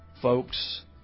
folks